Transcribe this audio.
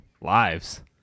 lives